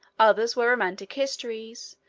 others were romantic histories,